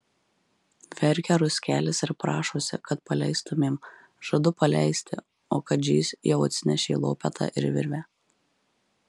verkia ruskelis ir prašosi kad paleistumėm žadu paleisti o kadžys jau atsinešė lopetą ir virvę